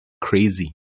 crazy